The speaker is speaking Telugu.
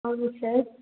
అవును సార్